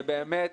ובאמת,